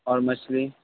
اور مچھلی